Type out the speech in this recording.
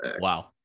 Wow